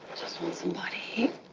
just want some body heat.